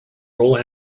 role